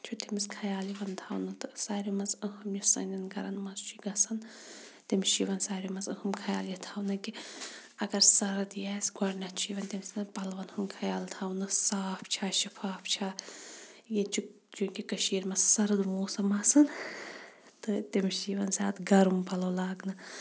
چھُ تٔمِس خَیال یِوان تھاونہٕ تہٕ ساروٕے مَنٛز اہَم یُس سانٮ۪ن گَرَن مَنٛز چھُ گَژھان تٔمِس چھُ یِوان ساروٕے مَنٛز اہَم خَیال یہِ تھاونہٕ کہِ اَگَر سردی آسہِ گۄڈٕنیٚتھ چھُ یِوان تمۍ سٕنٛدٮ۪ن پَلوَن ہُنٛد خَیال تھاونہٕ صاف چھَ شِفاف چھَ ییٚتہِ چھُ چونٛکہِ کٔشیٖر مَنٛز سرد موسَم آسان تہٕ تٔمس چھِ یِوان زیادٕ گرم پَلَو لاگنہٕ